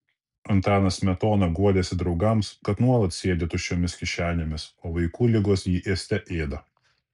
antanas smetona guodėsi draugams kad nuolat sėdi tuščiomis kišenėmis o vaikų ligos jį ėste ėda